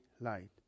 light